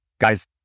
guys